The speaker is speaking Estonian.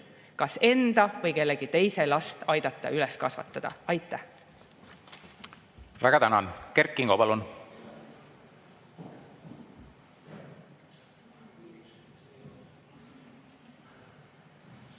enda või kellegi teise last aidata üles kasvatada. Aitäh! Väga tänan! Kert Kingo, palun!